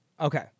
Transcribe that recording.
Okay